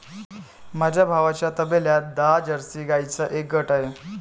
माझ्या भावाच्या तबेल्यात दहा जर्सी गाईंचा एक गट आहे